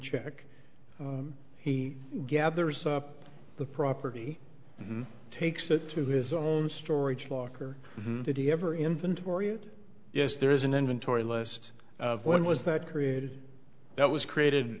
check he gathers up the property and takes it to his own storage locker did he ever inventory it yes there is an inventory list of when was that created that was created